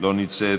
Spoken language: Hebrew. לא נמצאת,